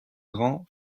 grand